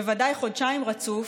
בוודאי חודשיים רצוף,